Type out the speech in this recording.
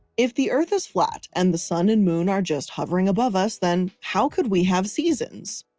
if the earth is flat and the sun and moon are just hovering above us, then how could we have seasons?